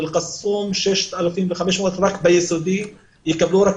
באל קסום 6,500 רק ביסודי ויקבלו רק